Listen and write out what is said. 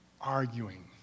Arguing